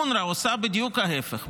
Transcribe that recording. אונר"א עושה בדיוק ההפך.